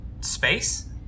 Space